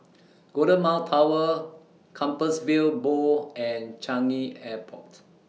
Golden Mile Tower Compassvale Bow and Changi Airport